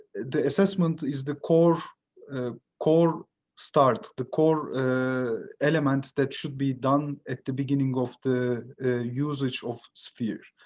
the assessment is the core ah core start the core elements that should be done at the beginning of the usage of sphere.